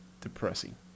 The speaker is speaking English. Depressing